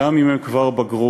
גם אם הם כבר בגרו.